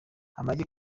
amagi